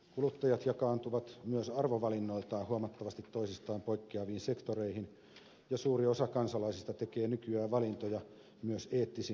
kuluttajat jakaantuvat myös arvovalinnoiltaan huomattavasti toisistaan poikkeaviin sektoreihin ja suuri osa kansalaisista tekee nykyään valintoja myös eettisin ja ekologisin perustein